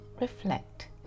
reflect